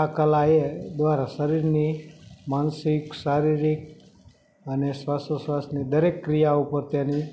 આ કલાએ દ્વારા શરીરની માનસિક શારીરિક અને શ્વાસોચ્છવાસની દરેક ક્રિયા ઉપર તેની